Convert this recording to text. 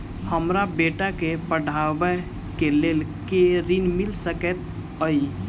हमरा बेटा केँ पढ़ाबै केँ लेल केँ ऋण मिल सकैत अई?